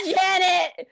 Janet